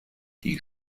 die